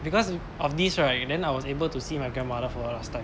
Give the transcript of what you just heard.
because of this right then I was able to see my grandmother for the last time